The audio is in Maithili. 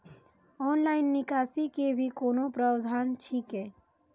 ऑनलाइन निकासी के भी कोनो प्रावधान छै की?